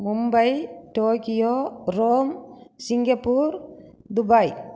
Mumbai Tokyo Rome Singapore Dubai